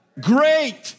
Great